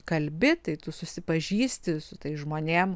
kalbi tai tu susipažįsti su tais žmonėm